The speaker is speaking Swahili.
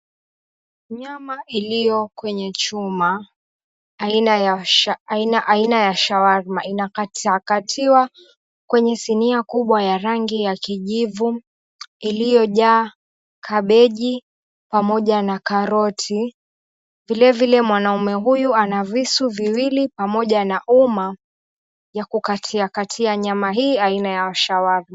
Nyama iliyo kwenye choma aina ya shawarma inakata katiwa kwenye sinia kubwa ya rangi ya kijivu iliyojaa kabeji pamoja na karoti. Vile vile mwanamume hutu ana visu pamoja na uma ya kukatiakatia nyama hii ania ya shawarma.